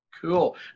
Cool